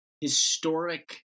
historic